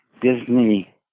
Disney